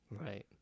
Right